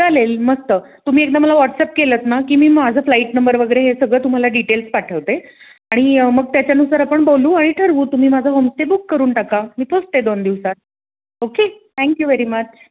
चालेल मस्त तुम्ही एकदा मला व्हॉट्सअप केलत ना की मी माझं फ्लाईट नंबर वगैरे हे सगळं तुम्हाला डिटेल्स पाठवते आणि मग त्याच्यानुसार आपण बोलू आणि ठरवू तुम्ही माझं होम स्टे बुक करून टाका मी पोहोचते दोन दिवसात ओके थँक्यू वेरी मच